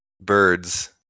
birds